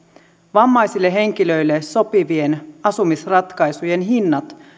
vammaisille henkilöille sopivien asumisratkaisujen hinnat